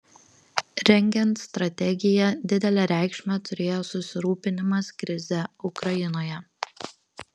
rengiant strategiją didelę reikšmę turėjo susirūpinimas krize ukrainoje